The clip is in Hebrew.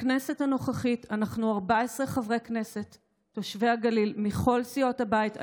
בכנסת הנוכחית אנחנו 14 חברי כנסת תושבי הגליל מכל סיעות הבית.